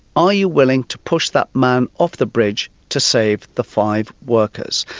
are you willing to push that man off the bridge to save the five workers?